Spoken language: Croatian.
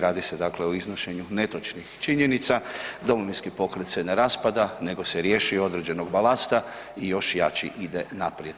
Radi se dakle o iznošenju netočnih činjenica, Domovinski pokret se ne raspada nego se riješio određenog balasta i još jači ide naprijed.